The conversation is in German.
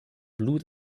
blut